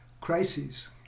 crises